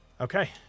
Okay